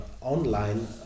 online